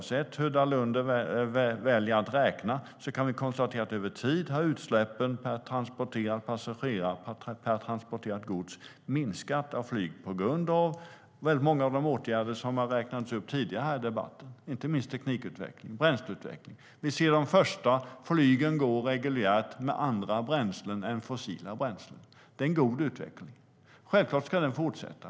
Oavsett hur Dalunde väljer att räkna kan vi konstatera att utsläppen per transporterad passagerare och transporterat gods över tid har minskat inom flyget tack vare många av de åtgärder som räknats upp tidigare i debatten, inte minst teknikutveckling och bränsleutveckling. Vi ser de första flygen som går reguljärt med andra bränslen än fossila. Det är en god utveckling, och självklart ska den fortsätta.